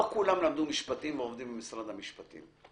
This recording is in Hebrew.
לא כולם למדו משפטים ועובדים במשרד המשפטים,